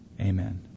Amen